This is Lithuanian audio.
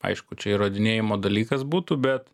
aišku čia įrodinėjimo dalykas būtų bet